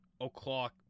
Oclock